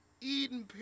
Eden